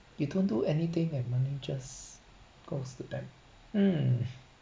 you don't do anything and money just goes to them um